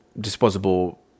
disposable